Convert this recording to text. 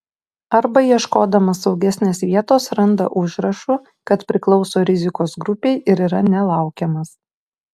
arba ieškodamas saugesnės vietos randa užrašų kad priklauso rizikos grupei ir yra nelaukiamas